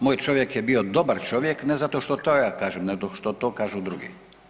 Moj čovjek je bio dobar čovjek ne zato što to ja kažem nego što to kažu drugi.